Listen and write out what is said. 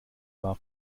war